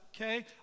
okay